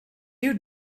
you